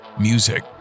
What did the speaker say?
Music